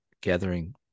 gathering